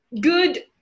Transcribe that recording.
good